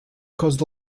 caused